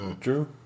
True